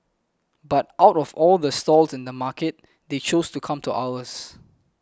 but out of all the stalls in the market they chose to come to ours